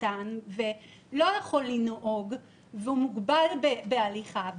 סרטן ולא יכול לנהוג והוא מוגבל בהליכה.